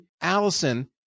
Allison